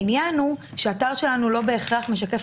העניין הוא שהאתר שלנו לא בהכרח משקף